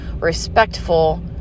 respectful